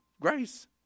grace